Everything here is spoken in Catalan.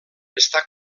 està